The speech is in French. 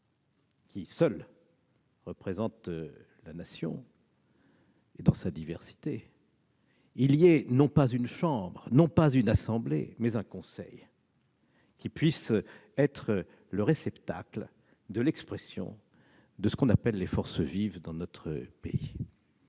qui seul représente la Nation dans sa diversité, il y ait non pas une chambre ou une assemblée, mais un conseil qui puisse être le réceptacle de l'expression de ce qu'on appelle dans notre pays